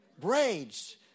Braids